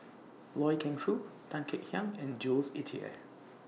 Loy Keng Foo Tan Kek Hiang and Jules Itier